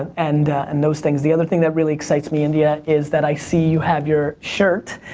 and and those things. the other thing that really excites me, india is that i see you have your shirt.